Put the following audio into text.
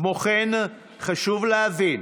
כמו כן חשוב להבין